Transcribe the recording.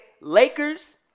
Lakers